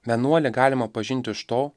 vienuolę galima pažinti iš to